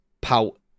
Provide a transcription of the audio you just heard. Pout